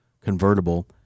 convertible